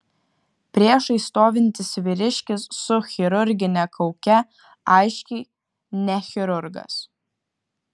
priešais stovintis vyriškis su chirurgine kauke aiškiai ne chirurgas